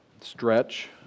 stretch